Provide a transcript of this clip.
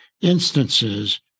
instances